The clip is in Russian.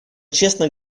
честно